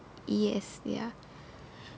yes ya